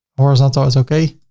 horizontal is okay.